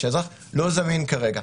לא זמינה כרגע.